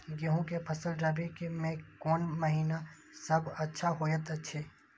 गेहूँ के फसल रबि मे कोन महिना सब अच्छा होयत अछि?